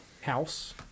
house